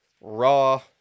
raw